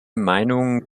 meinungen